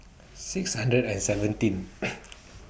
six hundred and seventeen